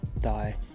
die